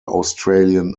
australian